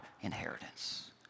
inheritance